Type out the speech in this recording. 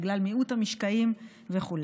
בגלל מיעוט המשקעים וכו'.